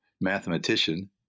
mathematician